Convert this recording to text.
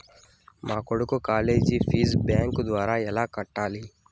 మా కొడుకు college fees bank ద్వారా ఎలా కట్టాలి?